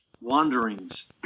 wanderings